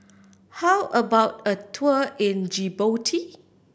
how about a tour in Djibouti